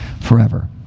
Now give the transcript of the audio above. forever